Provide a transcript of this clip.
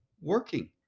working